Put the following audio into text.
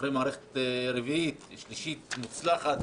אחרי מערכת שלישית מוצלחת,